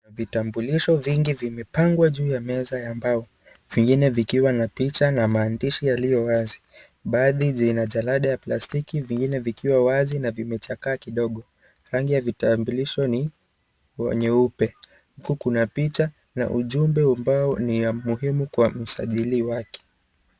Vitambulisho vingi vimepangwa juu ya meza ya mbao. Vingine vikiwa na picha na maandishi yaliyo wazi, baadhi chenye jalada ya plastic , vingine vikiwa wazi na vimechakaa kidogo. Rangi ya vitambulisho ni nyeupe huku Kuna picha na ujumbe muhimu kwa mzajiliwa.